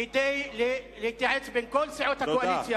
כדי להתייעץ בין כל סיעות הקואליציה,